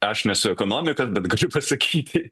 aš nesu ekonomikas bet galiu pasakyti